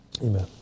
Amen